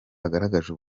agaragaje